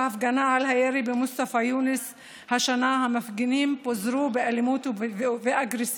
בהפגנה על הירי במוסטפא יונס השנה המפגינים פוזרו באלימות ואגרסיביות: